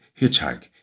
hitchhike